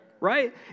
right